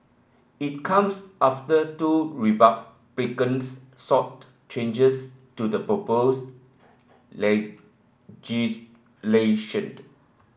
it comes after two republicans sought changes to the proposed legislation